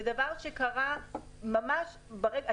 זה דבר שקרה ממש ברגע האחרון.